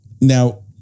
now